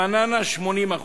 רעננה, 80%,